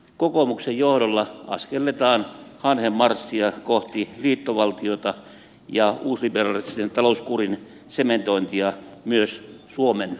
kokoomuksen johdolla askelletaan hanhenmarssia kohti liittovaltiota ja uusliberalistisen talouskurin sementointia myös suomen